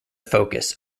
focus